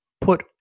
put